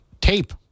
tape